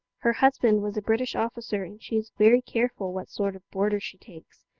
her husband was a british officer, and she is very careful what sort of boarders she takes.